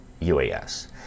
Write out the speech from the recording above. UAS